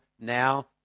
Now